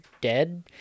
dead